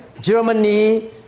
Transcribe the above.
Germany